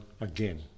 again